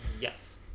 yes